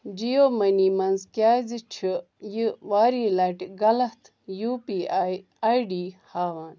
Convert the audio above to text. جِیو موٚنی منٛز کیٛازِ چھُ یہِ واریاہہِ لَٹہِ غلط U P I I D ہاوان